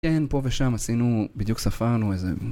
כן פה ושם עשינו בדיוק ספרנו איזה